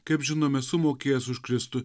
kaip žinome sumokėjęs už kristų